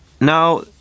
now